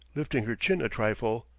lifting her chin a trifle.